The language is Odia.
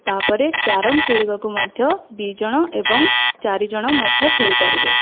ତାପରେ କ୍ୟାରମ ଖେଳିବାକୁ ମଧ୍ୟ ଦୁଇଜଣ ଏବଂ ଚାରିଜଣ ମଧ୍ୟ ଖେଳିପାରିବେ